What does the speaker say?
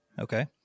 Okay